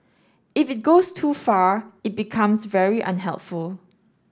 if it goes too far it becomes very unhelpful